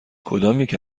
کدامیک